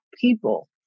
people